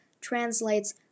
translates